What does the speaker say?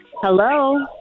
Hello